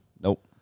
Nope